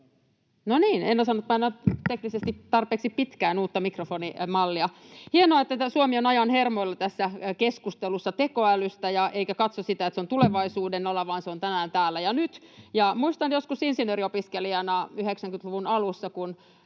en osannut painaa teknisesti tarpeeksi pitkään uutta mikrofonimallia. Hienoa, että Suomi on ajan hermolla tässä keskustelussa tekoälystä eikä katso, että se on tulevaisuuden ala vaan että se on täällä tänään ja nyt. Muistan joskus insinööriopiskelijana 90-luvun alussa,